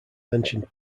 mentioned